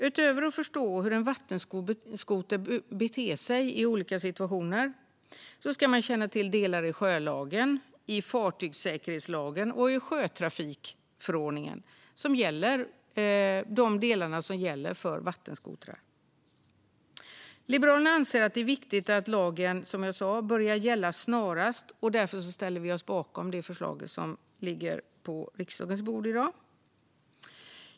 Utöver att förstå hur en vattenskoter beter sig i olika situationer ska man känna till de delar i sjölagen, fartygssäkerhetslagen och sjötrafikförordningen som gäller för vattenskoter. Liberalerna anser som jag sa att det är viktigt att lagen börjar gälla snarast, och därför ställer vi oss bakom det förslag som ligger på riksdagens bord i dag.